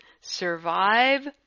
survive